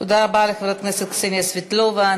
תודה רבה לחברת הכנסת קסניה סבטלובה.